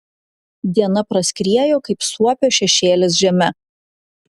diena praskriejo kaip suopio šešėlis žeme